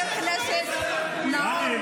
חבר הכנסת יוראי, זהו.